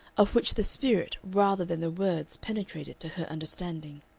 of which the spirit rather than the words penetrated to her understanding.